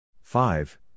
five